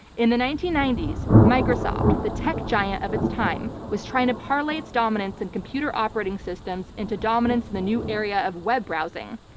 in the nineteen ninety s, microsoft, the tech giant of its time was trying to parlay its dominance in computer operating systems into dominance in the new area of web browsing.